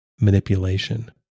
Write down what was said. manipulation